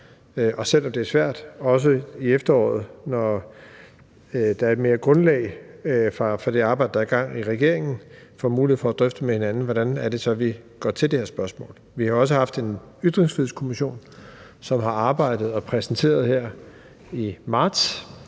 have en drøftelse i efteråret, når der er et større grundlag for det arbejde, der er i gang i regeringen. Da får vi mulighed for at drøfte med hinanden, hvordan vi går til det her spørgsmål. Vi har også haft en Ytringsfrihedskommission, som har arbejdet og her i marts